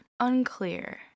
Unclear